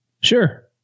Sure